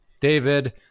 David